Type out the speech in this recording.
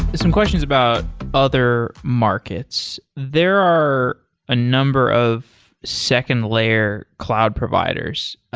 some questions about other markets. there are a number of second layer cloud providers.